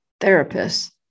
therapists